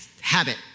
Habit